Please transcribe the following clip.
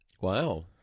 Wow